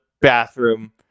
bathroom